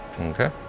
Okay